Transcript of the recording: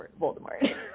Voldemort